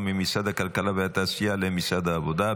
ממשרד הכלכלה והתעשייה למשרד העבודה,